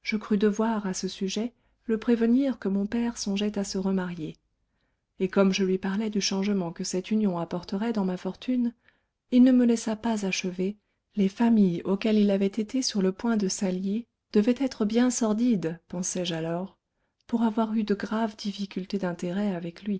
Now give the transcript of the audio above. crus devoir à ce sujet le prévenir que mon père songeait à se remarier et comme je lui parlais du changement que cette union apporterait dans ma fortune il ne me laissa pas achever et fit preuve du plus noble désintéressement les familles auxquelles il avait été sur le point de s'allier devaient être bien sordides pensai-je alors pour avoir eu de graves difficultés d'intérêt avec lui